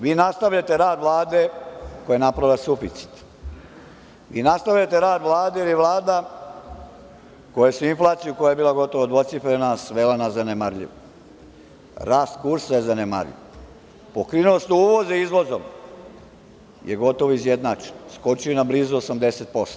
Vi nastavljate rad Vlade koja je napravila suficit, vi nastavljate rad Vlade, jer je Vlada koje su inflaciju koja je bila gotovo dvocifrena, svela na zanemarljiv, rast kursa je zanemarljiv, pokrivenost uvoza izvozom je gotovo izjednačen, skočio je na blizu 80%